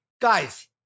Guys